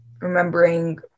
remembering